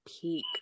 peak